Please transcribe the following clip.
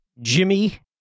Jimmy